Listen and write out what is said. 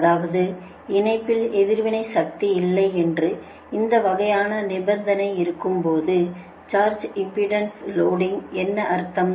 அதாவது இணைப்பில் எதிர்வினை சக்தி இல்லை என்று இந்த வகையான நிபந்தனை இருக்கும்போது சர்ஜ் இம்பெடன்ஸ் லோடிங்க்கு என்ன அர்த்தம்